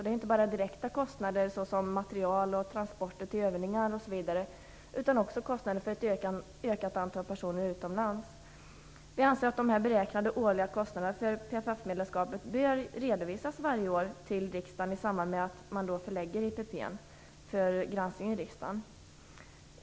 Det är inte bara fråga om direkta kostnader, såsom för material, transporter till övningar osv., utan också kostnader för ett ökat antal personer utomlands. Vi anser att de beräknade årliga kostnaderna för PFF-medlemskapet bör redovisas varje år till riksdagen i samband med att frågan förläggs för granskning i riksdagen.